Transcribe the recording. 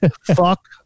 Fuck